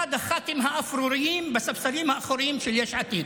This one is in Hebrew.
אחד הח"כים האפרוריים בספסלים האחוריים של יש עתיד.